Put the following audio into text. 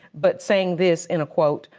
but saying this in a quote,